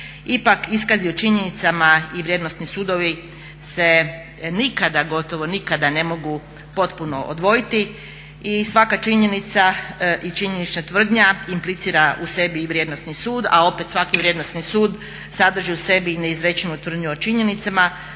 Ipak iskazi o činjenicama i vrijednosni sudovi se nikad, gotovo nikad ne mogu potpuno odvojiti i svaka činjenica i činjenična tvrdnja implicira u sebi i vrijednosni sud, a opet svaki vrijednosni sud sadrži u sebi i neizrečenu tvrdnju o činjenica.